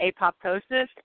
apoptosis